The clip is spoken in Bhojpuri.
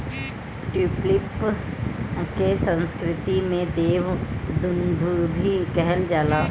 ट्यूलिप के संस्कृत में देव दुन्दुभी कहल जाला